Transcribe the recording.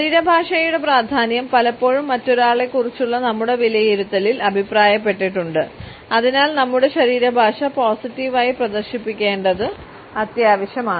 ശരീരഭാഷയുടെ പ്രാധാന്യം പലപ്പോഴും മറ്റൊരാളെക്കുറിച്ചുള്ള നമ്മുടെ വിലയിരുത്തലിൽ അഭിപ്രായപ്പെട്ടിട്ടുണ്ട് അതിനാൽ നമ്മുടെ ശരീരഭാഷ പോസിറ്റീവായി പ്രദർശിപ്പിക്കേണ്ടത് പ്രധാനമാണ്